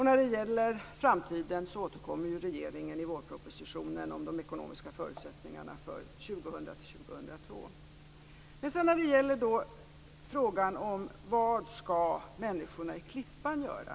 När det gäller framtiden återkommer regeringen i vårpropositionen om de ekonomiska förutsättningarna för 2000-2002. Så till frågan om vad människorna i Klippan skall göra.